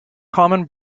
common